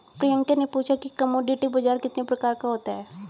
प्रियंका ने पूछा कि कमोडिटी बाजार कितने प्रकार का होता है?